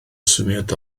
syniad